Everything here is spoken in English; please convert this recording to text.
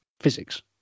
physics